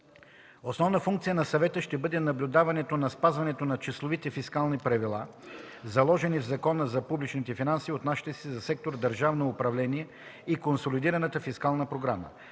Основна функция на Съвета ще бъде наблюдаването на спазването на числовите фискални правила, заложени в Закона за публичните финанси и отнасящи се за сектор „Държавно управление“ и Консолидираната фискална програма.